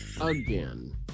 Again